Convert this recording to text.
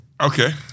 Okay